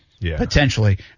potentially